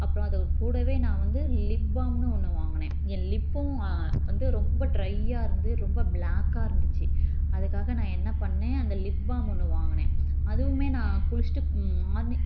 அப்புறம் அது கூடவே நான் வந்து லிப் பாம்னு ஒன்று வாங்கினேன் என் லிப்பும் வந்து ரொம்ப ட்ரையாக இருந்து ரொம்ப ப்ளாக்காக இருந்துச்சு அதுக்காக நான் என்ன பண்ணேன் அந்த லிப் பாம் ஒன்று வாங்கினேன் அதுவுமே நான் குளித்திட்டு மார்னி